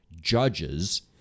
judges